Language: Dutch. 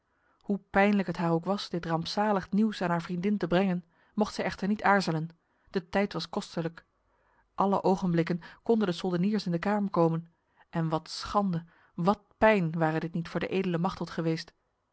hoe pijnlijk het haar ook was dit rampzalig nieuws aan haar vriendin te brengen mocht zij echter niet aarzelen de tijd was kostelijk alle ogenblikken konden de soldeniers in de kamer komen en wat schande wat pijn ware dit niet voor de edele machteld geweest